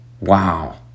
Wow